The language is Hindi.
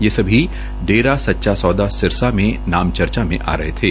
ये सभी डेरा सच्चा सौदा सिरसा में नामचर्चा में आ रहे थे